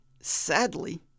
Sadly